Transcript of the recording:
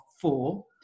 four